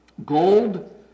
Gold